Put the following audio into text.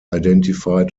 identified